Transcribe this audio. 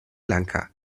lanka